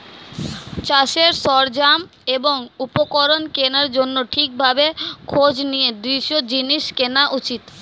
চাষের সরঞ্জাম এবং উপকরণ কেনার জন্যে ঠিক ভাবে খোঁজ নিয়ে দৃঢ় জিনিস কেনা উচিত